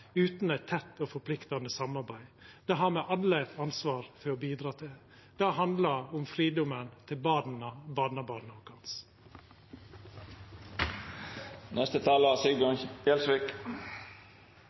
utan eit tett og forpliktande samarbeid. Det har me alle eit ansvar for å bidra til. Det handlar om fridomen til